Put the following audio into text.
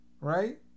right